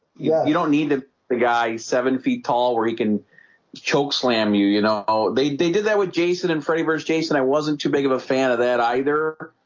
yeah you don't need ah the guy seven feet tall where he can chokeslam you you know, oh they they did that with jason and freddy vs. jason. i wasn't too big of a fan of that either